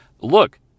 look